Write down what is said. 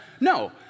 No